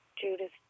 Judith